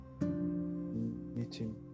meeting